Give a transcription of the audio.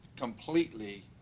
completely